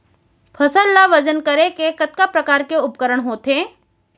फसल ला वजन करे के कतका प्रकार के उपकरण होथे?